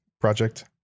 project